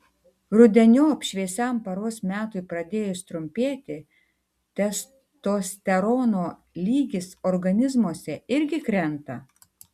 rudeniop šviesiam paros metui pradėjus trumpėti testosterono lygis organizmuose irgi krenta